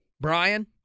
Brian